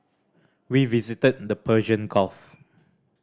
we visited the Persian Gulf